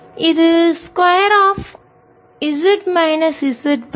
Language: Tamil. இது square of z minus z prime